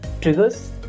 triggers